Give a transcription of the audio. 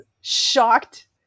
shocked